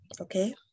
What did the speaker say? okay